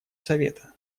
совета